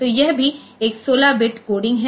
तो यह भी एक 16 बिट कोडिंग है